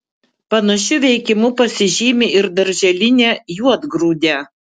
panašiu veikimu pasižymi ir darželinė juodgrūdė